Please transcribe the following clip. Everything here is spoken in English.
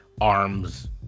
arms